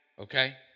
Okay